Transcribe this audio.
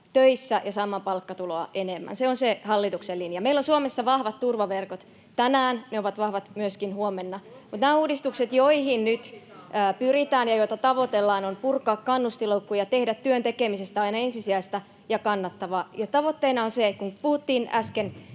töissä ja saamaan palkkatuloa enemmän. Se on se hallituksen linja. Meillä on Suomessa vahvat turvaverkot. Tänään ne ovat vahvat, ja myöskin huomenna. Näillä uudistuksilla, joihin nyt pyritään, tavoitellaan purkaa kannustinloukkuja ja tehdä työn tekemisestä aina ensisijaista ja kannattavaa. Äsken puhuttiin